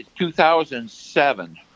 2007